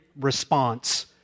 response